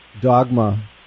dogma